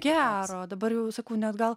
gero dabar jau sakau net gal